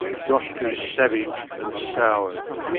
josh grew savage and soured.